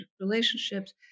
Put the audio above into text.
relationships